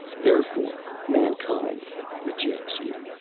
therefore mankind rejects you.